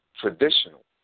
traditional